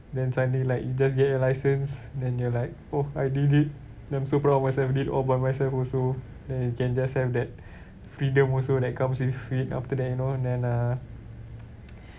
then suddenly like you just get your license then you're like oh I did it then I'm so proud of myself did all by myself also then you can just have that freedom also that comes with it after that you know and uh